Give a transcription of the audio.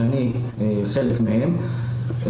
שאני חלק מהם,